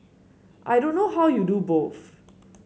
I don't know how you do both